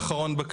דבר אחרון,